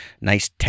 nice